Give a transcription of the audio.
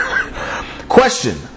Question